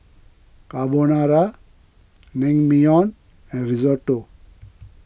Carbonara Naengmyeon and Risotto